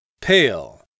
Pale